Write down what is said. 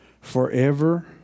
Forever